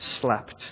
slept